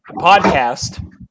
podcast